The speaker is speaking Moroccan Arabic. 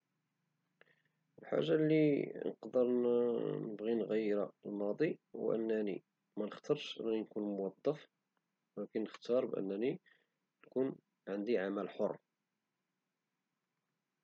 الحاجة اللي نقدر نبغي نغيرها في الماضي هو انني منختارش نكون موضف غادي نختار انني عندي عمل حر